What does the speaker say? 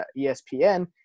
ESPN